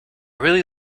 really